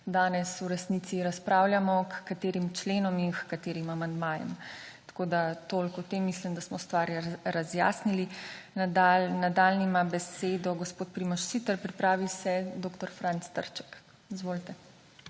danes v resnici razpravljamo, h katerim členom in h katerim amandmajem. Tako, da toliko o tem. Mislim, da smo stvar razjasnili. Nadaljnji ima besedo gospod Primož Siter, pripravi se dr. Franc Trček. Izvolite.